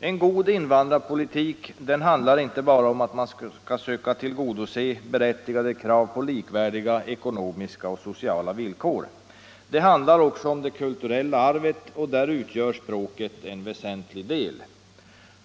En god invandrarpolitik handlar inte bara om att man skall söka tillgodose berättigade krav på likvärdiga ekonomiska och sociala villkor. Den handlar också om det kulturella arvet, och där utgör språket en väsentlig del.